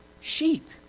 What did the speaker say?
sheep